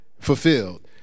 fulfilled